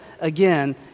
again